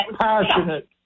passionate